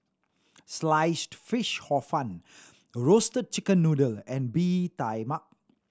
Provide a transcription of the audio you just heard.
Sliced Fish Hor Fun Roasted Chicken Noodle and Bee Tai Mak